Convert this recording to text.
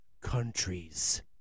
countries